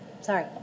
sorry